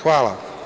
Hvala.